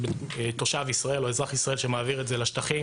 תושב או אזרח ישראל שמעביר את זה לשטחים,